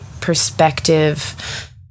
perspective